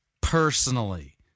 personally